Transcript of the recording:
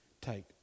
take